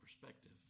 perspective